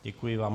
Děkuji vám.